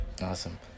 awesome